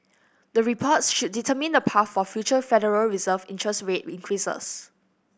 the reports should determine the path for future Federal Reserve interest rate increases